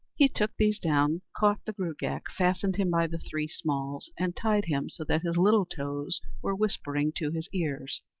he took these down, caught the gruagach, fastened him by the three smalls, and tied him so that his little toes were whispering to his ears.